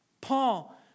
Paul